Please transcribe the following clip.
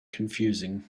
confusing